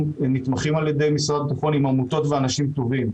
נתמכים על ידי משרד הביטחון עם עמותות ואנשים טובים.